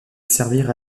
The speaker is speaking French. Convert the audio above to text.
servir